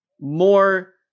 more